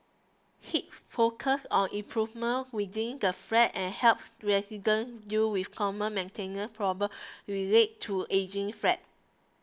hip focus on improvements within the flat and helps residents deal with common maintenance problem relate to ageing flats